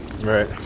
Right